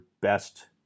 best